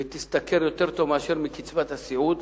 ותשתכר יותר טוב מאשר קצבת הסיעוד,